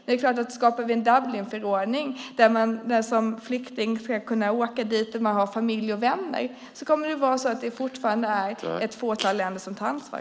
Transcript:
Om vi skapar en Dublinförordning som innebär att man som flykting ska kunna åka till de länder där man har familj och vänner kommer det fortfarande att vara ett fåtal länder som tar ansvar.